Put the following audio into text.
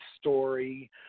story